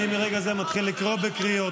מרגע זה אני מתחיל לקרוא בקריאות.